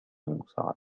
المساعدة